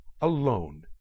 alone